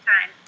time